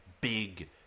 big